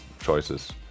choices